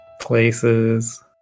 places